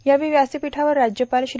यावेळी व्यासपीठावर राज्यपाल श्री